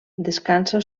descansa